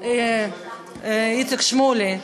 איציק שמולי.